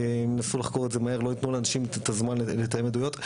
שינסו לחקור את זה מהר ולא ייתנו לאנשים את הזמן לתאם עדויות.